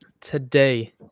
Today